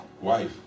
wife